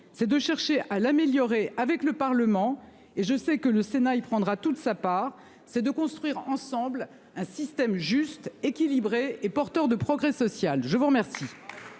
c'est de chercher à l'améliorer avec le Parlement et je sais que le Sénat il prendra toute sa part c'est de construire ensemble un système juste équilibré et porteur de progrès social. Je vous remercie.